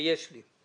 ויש לי.